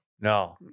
no